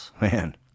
Man